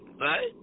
Right